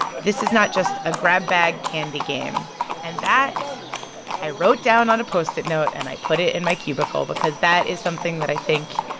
this is not just a grab-bag candy game and that i wrote down on a post-it note, and i put it in my cubicle because that is something that i think,